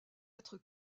être